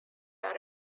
are